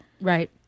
Right